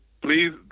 please